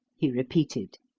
he repeated.